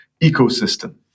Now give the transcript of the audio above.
ecosystem